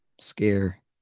Scare